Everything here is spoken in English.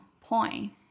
point